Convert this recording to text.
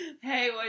Hey